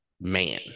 man